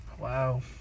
Wow